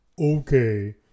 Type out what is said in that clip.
Okay